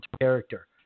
character